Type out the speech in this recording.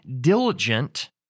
diligent